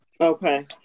Okay